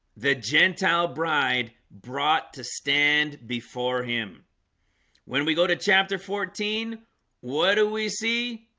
the gentile bride brought to stand before him when we go to chapter fourteen what do we see?